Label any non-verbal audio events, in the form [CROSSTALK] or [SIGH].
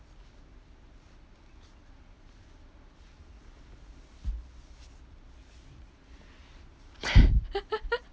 [LAUGHS]